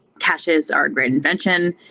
caches are reinvention,